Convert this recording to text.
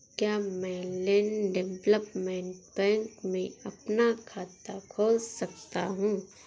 क्या मैं land development bank में अपना खाता खोल सकता हूँ?